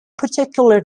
particular